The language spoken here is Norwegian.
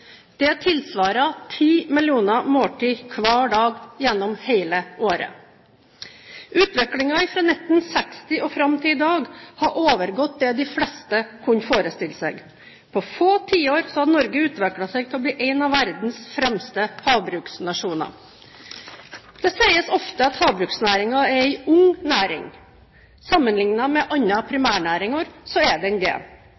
Det tilsvarer 10 millioner måltider hver dag, gjennom hele året. Utviklingen fra 1960 og fram til i dag har overgått det de fleste kunne forestille seg. På få tiår har Norge utviklet seg til å bli en av verdens fremste havbruksnasjoner. Det sies ofte at havbruksnæringen er en ung næring. Sammenlignet med